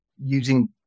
using